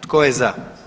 Tko je za?